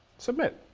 submit.